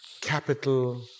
capital